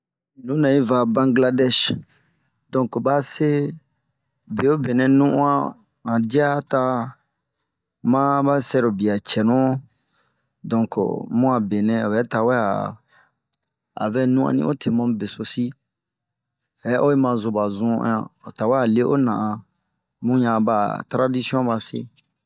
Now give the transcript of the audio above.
Nunɛ yi va bangladɛsi, donke ba se be nɛ nu'uɔn ,han diya ta, ma ba sɛrobia cɛɛ nu, donke bun a benɛ obɛ tawɛ ao nu'ɔnni ote mamu be so sin. Hɛ oyi ma zo ba zu'an ,otawɛ a le'o na'an.bun ɲa bara a taradisiɔn ba se.